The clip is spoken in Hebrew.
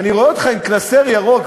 אני רואה אותך עם קלסר ירוק,